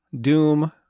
Doom